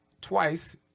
twice